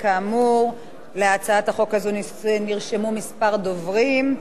כאמור, להצעת החוק הזאת נרשמו כמה דוברים,